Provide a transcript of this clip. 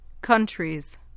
Countries